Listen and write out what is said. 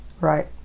Right